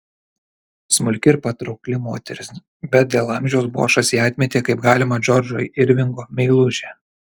smulki ir patraukli moteris bet dėl amžiaus bošas ją atmetė kaip galimą džordžo irvingo meilužę